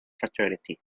fraternity